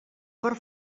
cor